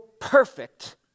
perfect